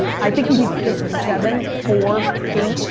i think you need to take the seven, four, eight,